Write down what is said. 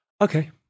okay